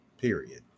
Period